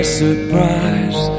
surprise